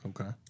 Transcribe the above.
Okay